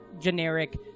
generic